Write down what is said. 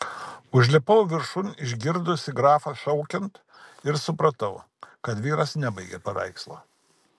užlipau viršun išgirdusi grafą šaukiant ir supratau kad vyras nebaigė paveikslo